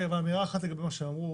רגע ואמירה אחת לגבי מה שאמרו.